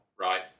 right